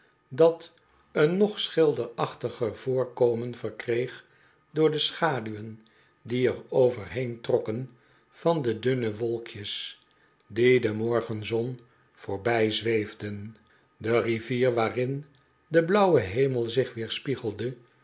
dat een nog schilderachtiger voorkomen verkreeg door de schaduwen die erover heentrokken van de dunne wolkjes die de morgenzon voorbijzwcefden de rivier waarin de blauwe hemel zich weerspiegelde